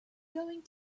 going